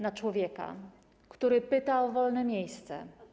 Na człowieka/ Który pyta o wolne miejsce/